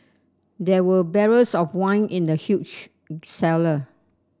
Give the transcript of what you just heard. there were barrels of wine in the huge cellar